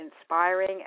inspiring